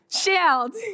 shield